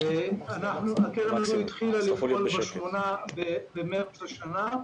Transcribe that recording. הקרן התחילה לפעול ב-8 במרץ השנה,